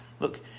Look